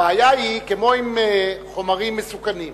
הבעיה היא, כמו עם חומרים מסוכנים,